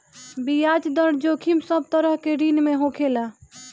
बियाज दर जोखिम सब तरह के ऋण में होखेला